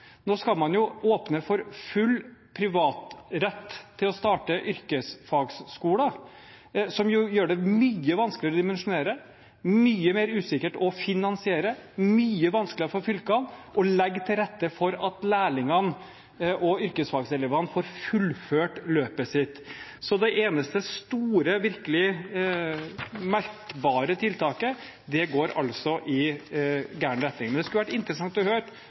nå. Nå skal man åpne for full privat rett til å starte yrkesfagskoler, som gjør det mye vanskeligere å dimensjonere, mye mer usikkert å finansiere, mye vanskeligere for fylkene å legge til rette for at lærlingene og yrkesfagelevene får fullført løpet sitt. Så det eneste store, virkelig merkbare tiltaket går i gal retning. Det skulle vært interessant å